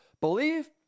believe